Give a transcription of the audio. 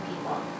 people